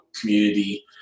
community